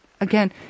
again